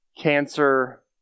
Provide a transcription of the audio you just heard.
cancer